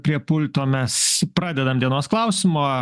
prie pulto mes pradedam dienos klausimą